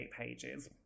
pages